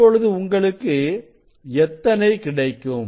இப்பொழுது உங்களுக்கு எத்தனை கிடைக்கும்